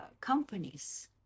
companies